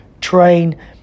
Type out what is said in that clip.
train